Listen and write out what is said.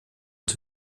als